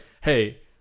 Hey